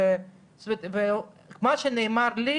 מה שנאמר לי,